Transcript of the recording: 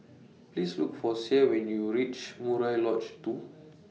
Please Look For Sie when YOU REACH Murai Lodge two